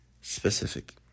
specific